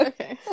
Okay